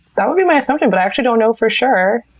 that would be my assumption, but i actually don't know for sure.